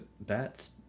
bats